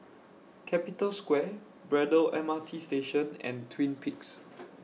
Capital Square Braddell M R T Station and Twin Peaks